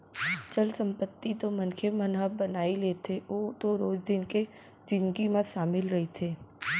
चल संपत्ति तो मनखे मन ह बनाई लेथे ओ तो रोज दिन के जिनगी म सामिल रहिथे